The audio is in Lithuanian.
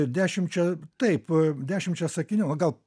dešimčia taip dešimčia sakinių o gal